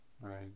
right